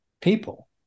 people